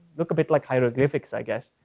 look a bit like hyroglifics i guess